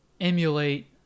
emulate